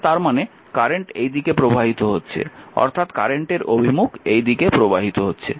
সুতরাং তার মানে কারেন্ট এই দিকে প্রবাহিত হচ্ছে অর্থাৎ কারেন্টের অভিমুখ এই দিকে প্রবাহিত হচ্ছে